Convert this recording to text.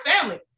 family